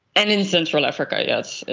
and in central africa, yes, ah